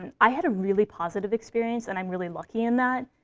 and i had a really positive experience, and i'm really lucky in that.